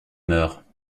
mœurs